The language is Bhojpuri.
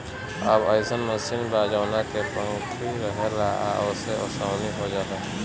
अब अइसन मशीन बा जवना में पंखी रहेला आ ओसे ओसवनी हो जाला